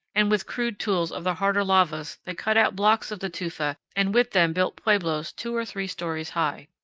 and with crude tools of the harder lavas they cut out blocks of the tufa and with them built pueblos two or three stories high.